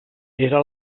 era